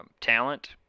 talent